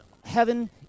heaven